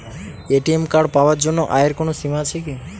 ATM card পাওয়ার জন্য আয়ের কোনো সীমা আছে কি?